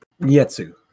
yetsu